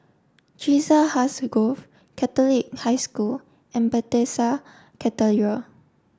Chiselhurst Grove Catholic High School and Bethesda Cathedral